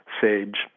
sage